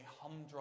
humdrum